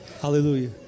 Hallelujah